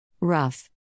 Rough